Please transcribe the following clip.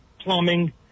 plumbing